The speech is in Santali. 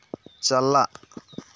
ᱪᱟᱞᱟᱜ